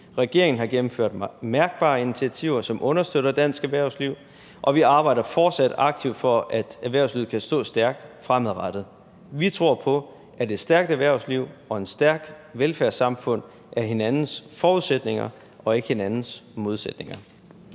Regeringen har gennemført mærkbare initiativer, som understøtter dansk erhvervsliv, og vi arbejder fortsat aktivt for, at erhvervslivet kan stå stærkt fremadrettet. Vi tror på, at et stærkt erhvervsliv og et stærkt velfærdssamfund er hinandens forudsætninger og ikke hinandens modsætninger.